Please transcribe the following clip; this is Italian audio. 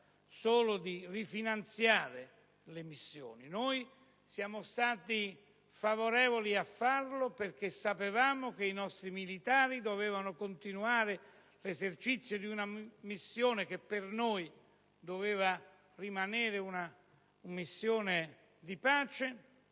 solo di rifinanziare le missioni. Noi siamo stati favorevoli a farlo perché sapevamo che i nostri militari avrebbero dovuto continuare a partecipare ad una missione che per noi doveva rimanere di pace,